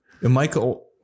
Michael